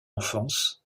enfance